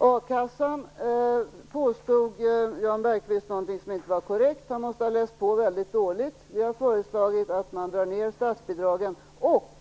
Jan Bergqvist påstod någonting om a-kassan som inte är korrekt. Han måste ha läst på väldigt dåligt. Folkpartiet har föreslagit att man drar ned statsbidragen och